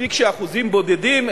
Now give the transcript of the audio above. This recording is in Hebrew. מספיק שאחוזים בודדים,